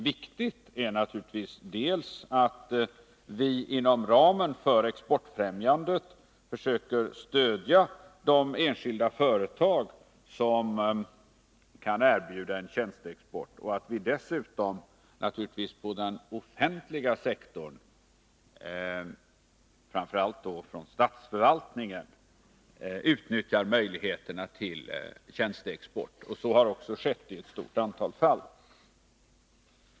Viktigt är naturligtvis att vi inom ramen för exportfrämjandet försöker stödja de enskilda företag som kan erbjuda en tjänsteexport och att vi dessutom på den offentliga sektorn, framför allt då inom statsförvaltningen, utnyttjar möjligheterna till tjänsteexport. Så har också skett i ett stort antal fall.